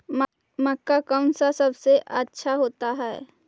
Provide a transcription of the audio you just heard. मक्का कौन सा सबसे अच्छा होता है?